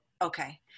Okay